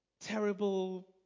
terrible